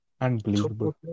unbelievable